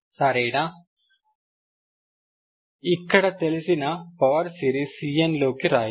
సరేనా ఇక్కడ తెలిసిన పవర్ సిరీస్ Cn లోకి రాయండి